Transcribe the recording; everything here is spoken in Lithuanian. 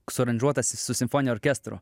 suaranžuotas su simfoniniu orkestru